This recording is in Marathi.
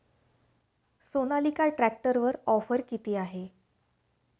सोनालिका ट्रॅक्टरवर ऑफर किती आहे?